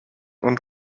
und